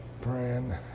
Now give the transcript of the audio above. praying